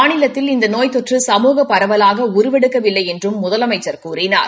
மாநிலத்தில் இந்த நோய் தொற்று சமூக பரவலாக உருவெடுக்கவில்லை என்றும் முதலமைச்சா் கூறினார்